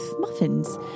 muffins